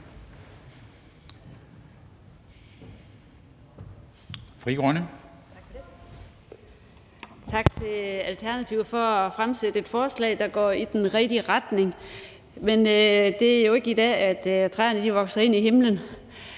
Tak til Alternativet for at fremsætte et forslag, der går i den rigtige retning, men det er jo ikke i dag, at træerne vokser ind i himlen.